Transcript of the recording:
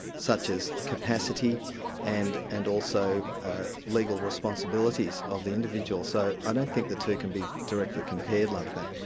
such as capacity and and also ah legal responsibilities of the individual. so and i don't think the two can be directly compared like that.